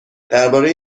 درباره